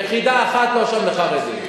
יחידה אחת אין שם לחרדים.